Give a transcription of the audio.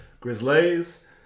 Grizzlies